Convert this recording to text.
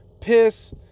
Piss